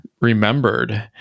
remembered